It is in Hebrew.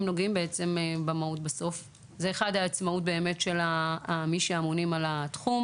הוא העצמאות של מי שאמונים על התחום